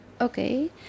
Okay